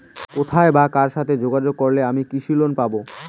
কোথায় বা কার সাথে যোগাযোগ করলে আমি কৃষি লোন পাব?